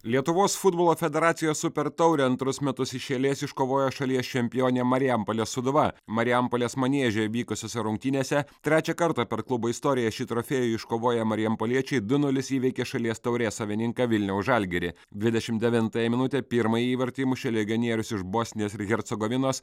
lietuvos futbolo federacijos super taurę antrus metus iš eilės iškovojo šalies čempionė marijampolės sūduva marijampolės manieže vykusiose rungtynėse trečią kartą per klubo istoriją šį trofėjų iškovoję marijampoliečiai du nulis įveikė šalies taurės savininką vilniaus žalgirį dvidešimt devintąją minutę pirmąjį įvartį įmušė legionierius iš bosnijos ir hercegovinos